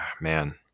Man